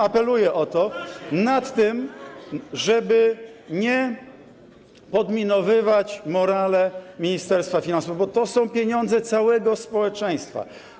Apeluję o to, żeby nie podminowywać morale Ministerstwa Finansów, bo to są pieniądze całego społeczeństwa.